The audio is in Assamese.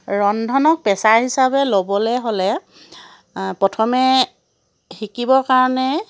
ৰন্ধনক পেছা হিচাপে ল'বলৈ হ'লে প্ৰথমে শিকিবৰ কাৰণে